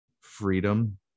freedom